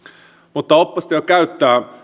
mutta oppositio käyttää